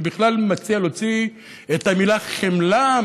אני בכלל מציע להוציא את המילה חמלה,